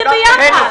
תודה רבה.